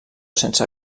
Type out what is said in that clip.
sense